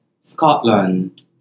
Scotland